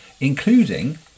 including